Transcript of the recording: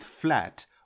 flat